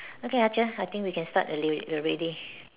okay I just I think we can start already we're ready